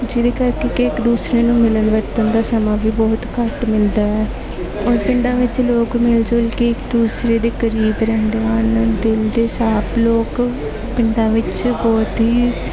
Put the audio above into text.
ਜਿਹਦੇ ਕਰਕੇ ਕਿ ਇੱਕ ਦੂਸਰੇ ਨੂੰ ਮਿਲਣ ਵਰਤਣ ਦਾ ਸਮਾਂ ਵੀ ਬਹੁਤ ਘੱਟ ਮਿਲਦਾ ਹੈ ਔਰ ਪਿੰਡਾਂ ਵਿੱਚ ਲੋਕ ਮਿਲ ਜੁਲ ਕੇ ਇੱਕ ਦੂਸਰੇ ਦੇ ਕਰੀਬ ਰਹਿੰਦੇ ਹਨ ਦਿਲ ਦੇ ਸਾਫ਼ ਲੋਕ ਪਿੰਡਾਂ ਵਿੱਚ ਬਹੁਤ ਹੀ